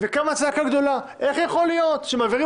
וקמה צעקה גדולה איך יכול להיות שמעבירים